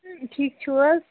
ٹھیٖک چھُو حظ